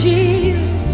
Jesus